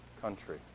country